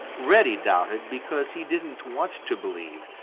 reddy doubted because he didn't want to believe.